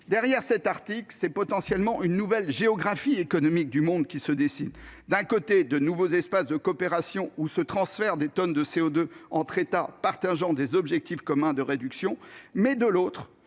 Derrière cet article, c'est potentiellement une nouvelle géographie économique du monde qui se dessine. D'un côté, de nouveaux espaces de coopérations où se transfèrent des tonnes de CO2 entre États partageant des objectifs communs de réduction des émissions,